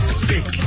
speak